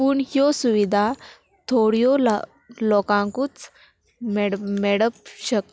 पूण ह्यो सुविधा थोड्यो ला लोकांकूच मेड मेडप शक